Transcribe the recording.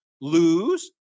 lose